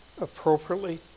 appropriately